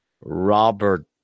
Robert